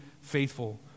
faithful